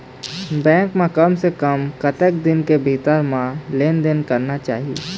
Bank ले कम से कम कतक दिन के भीतर मा लेन देन करना चाही?